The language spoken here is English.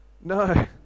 No